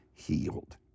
healed